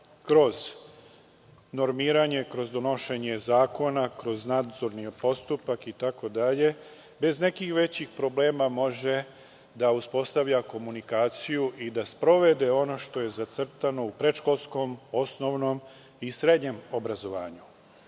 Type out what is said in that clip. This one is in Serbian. kroz normiranje, kroz donošenje zakona, kroz nadzorni postupak itd, bez nekih većih problema može da uspostavlja komunikaciju i da sprovede ono što je zacrtano u predškolskom, osnovnom i srednjem obrazovanju. Kada